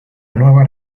nueva